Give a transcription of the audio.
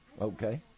Okay